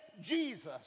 Jesus